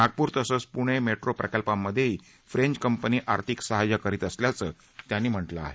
नागपुर तसंघ पुणे मेट्रो प्रकल्पामध्ये देखील फ्रेंच कंपनी आर्थिक सहकार्य करीत असल्याचं त्यांनी म्हटलं आहे